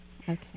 Okay